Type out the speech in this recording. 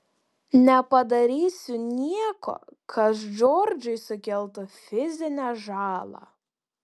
nepadarysiu nieko kas džordžui sukeltų fizinę žalą